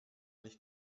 nicht